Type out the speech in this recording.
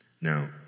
Now